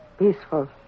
Peaceful